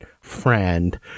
friend